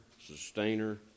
sustainer